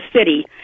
city